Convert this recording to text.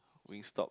Wingstop